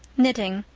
knitting,